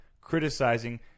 criticizing